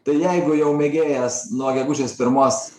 tai jeigu jau mėgėjas nuo gegužės pirmos